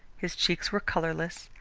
his cheeks were colourless,